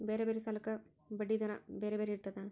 ಬೇರೆ ಬೇರೆ ಸಾಲಕ್ಕ ಬಡ್ಡಿ ದರಾ ಬೇರೆ ಬೇರೆ ಇರ್ತದಾ?